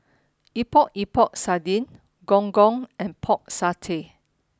Epok Epok Sardin Gong Gong and Pork Satay